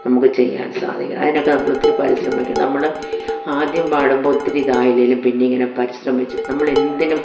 നമുക്ക് ചെയ്യാൻ സാധിക്കും അതിനൊക്കെ നമ്മളൊത്തിരി പരിശ്രമിക്കും നമ്മൾ ആദ്യം പാടുമ്പോൾ ഒത്തിരി ഇതായില്ലെങ്കിലും പിന്നെ ഇങ്ങനെ പരിശ്രമിച്ചു നമ്മളെന്തിനും